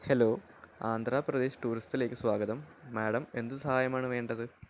hello Andhra Pradesh ടൂറിസത്തിലേക്ക് സ്വാഗതം madam എന്ത് സഹായമാണ് വേണ്ടത്